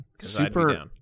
Super